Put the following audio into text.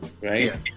right